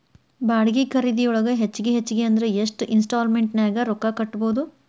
ಬಾಡ್ಗಿ ಖರಿದಿಯೊಳಗ ಹೆಚ್ಗಿ ಹೆಚ್ಗಿ ಅಂದ್ರ ಯೆಷ್ಟ್ ಇನ್ಸ್ಟಾಲ್ಮೆನ್ಟ್ ನ್ಯಾಗ್ ರೊಕ್ಕಾ ಕಟ್ಬೊದು?